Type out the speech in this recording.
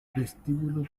vestíbulo